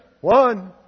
one